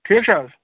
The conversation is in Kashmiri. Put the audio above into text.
ٹھیٖک چھا حظ